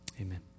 Amen